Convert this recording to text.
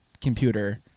computer